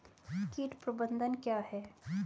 कीट प्रबंधन क्या है?